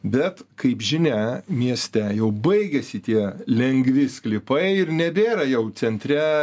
bet kaip žinia mieste jau baigiasi tie lengvi sklypai ir nebėra jau centre